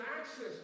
access